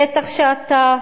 בטח שאתה